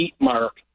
mark